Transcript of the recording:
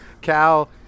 Cal